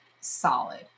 solid